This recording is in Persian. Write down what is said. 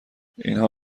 اینها